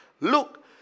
Look